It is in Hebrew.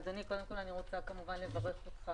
אדוני, קודם כול אני רוצה לברך אותך